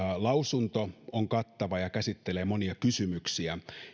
lausunto on kattava ja käsittelee monia kysymyksiä